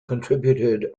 contributed